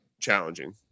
challenging